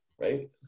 Right